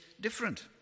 different